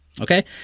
Okay